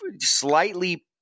slightly